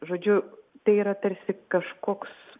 žodžiu tai yra tarsi kažkoks